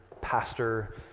pastor